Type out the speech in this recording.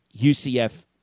UCF